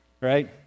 Right